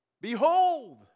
Behold